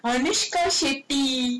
anushka shetty